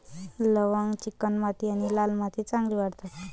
लवंग चिकणमाती आणि लाल मातीत चांगली वाढतात